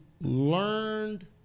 learned